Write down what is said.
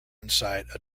inside